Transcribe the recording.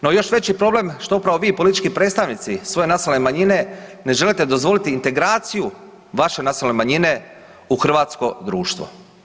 No još veći problem što upravo vi politički predstavnici svoje nacionalne manjine ne želite dozvoliti integraciju vaše nacionalne manjine u hrvatsko društvo.